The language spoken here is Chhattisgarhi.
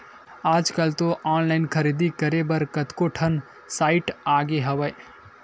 आजकल तो ऑनलाइन खरीदारी करे बर कतको ठन साइट आगे हवय